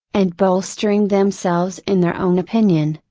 and bolstering themselves in their own opinion,